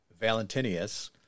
Valentinius